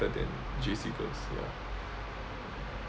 than J_C girls ya